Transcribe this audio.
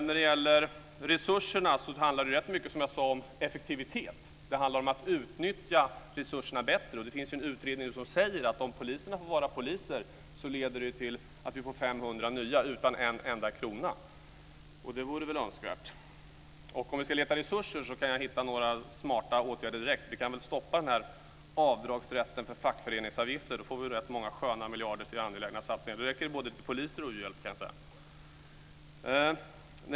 Frågan om resurser handlar rätt mycket om effektivitet. Det handlar om att utnyttja resurserna bättre. Det finns en utredning som säger att om poliserna får vara poliser leder det till att vi får 500 nya poliser utan en enda krona. Det vore väl önskvärt. Om vi ska leta resurser kan jag direkt hitta några smarta åtgärder. Vi kan väl stoppa avdragsrätten för fackföreningsavgifter. Då får vi rätt många sköna miljarder till angelägna satsningar. Det räcker både till poliser och annat.